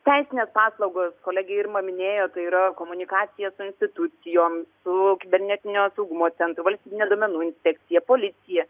teisinės paslaugos kolegė irma minėjo tai yra komunikacija su institucijom su kibernetinio saugumo centru valstybine duomenų inspekcija policija